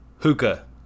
hookah